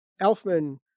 Elfman